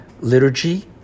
liturgy